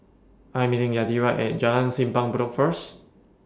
I Am meeting Yadira At Jalan Simpang Bedok First